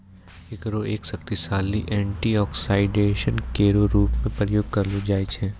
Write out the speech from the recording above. एकरो एक शक्तिशाली एंटीऑक्सीडेंट केरो रूप म प्रयोग करलो जाय छै